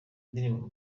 indirimbo